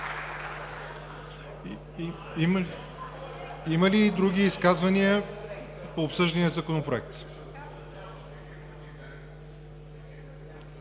Има ли и други изказвания по обсъждания Законопроект?